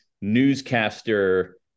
newscaster